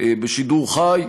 בשידור חי,